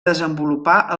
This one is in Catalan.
desenvolupar